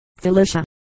Felicia